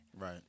Right